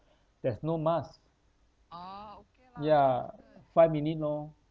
there's no mask ya five minute lor